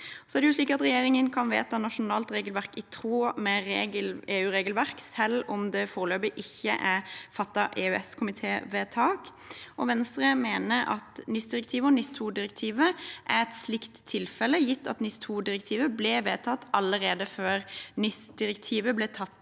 Norges del. Regjeringen kan jo vedta nasjonalt regelverk i tråd med EU-regelverk, selv om det foreløpig ikke er fattet vedtak av EØS-komiteen. Venstre mener at NIS-direktivet og NIS2-direktivet er et slikt tilfelle, gitt at NIS2-direktivet ble vedtatt allerede før NIS-direktivet ble tatt